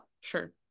Sure